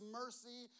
mercy